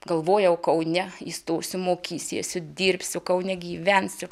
galvojau kaune įstosiu mokysiesiu dirbsiu kaune gyvensiu